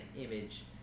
image